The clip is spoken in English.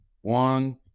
one